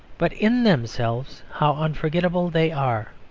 but in themselves how unforgettable they are.